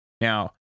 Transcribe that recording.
Now